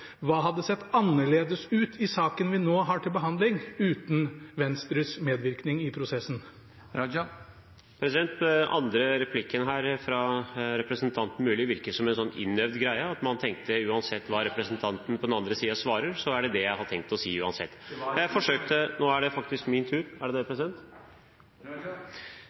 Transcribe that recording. Hva hadde sett annerledes ut i saken vi nå har til behandling, uten Venstres medvirkning i prosessen? Den andre replikken her fra representanten Myrli virker som en sånn innøvd greie, at man tenkte at uansett hva representanten på den andre siden svarer, er det dette jeg har tenkt å si – uansett. Det var ikke noe svar. Jeg forsøkte – nå er det faktisk min tur. Er det det, president? Raja,